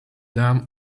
dam